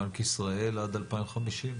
בנק ישראל עד 2050?